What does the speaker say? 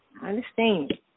understand